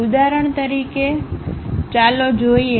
ઉદાહરણ તરીકે ચાલો આ જોઈએ